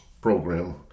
program